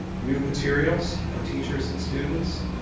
new materials for teachers and students.